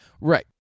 Right